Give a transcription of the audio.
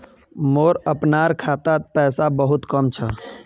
मोर अपनार खातात पैसा बहुत कम छ